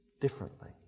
differently